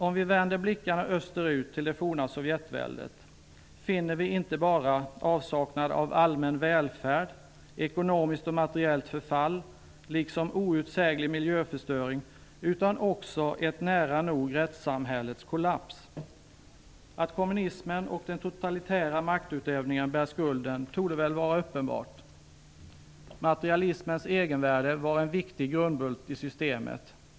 Om vi vänder blickarna österut mot det forna Sovjetväldet finner vi inte bara avsaknad av allmän välfärd, ekonomiskt och materiellt förfall liksom outsäglig miljöförstöring utan också nära nog en kollaps av rättssamhället. Att kommunismen och den totalitära maktutövningen bär skulden torde vara uppenbart. Materialismens egenvärde var en viktig grundbult i systemet.